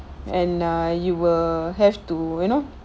and ah you will have to you know